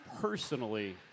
personally